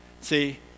See